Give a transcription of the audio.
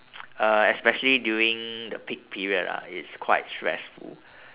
uh especially during the peak period lah it's quite stressful